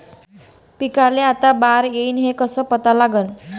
पिकाले आता बार येईन हे कसं पता लागन?